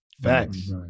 Facts